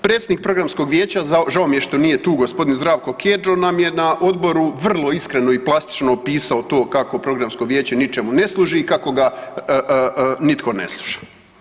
Predsjednik Programskog vijeća, žao mi je što nije tu gospodin Zdravko Kedžo nam je na odboru vrlo iskreno i plastično opisao to kako Programsko vijeće ničemu ne služi i kako ga nitko ne sluša.